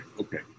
okay